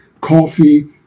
coffee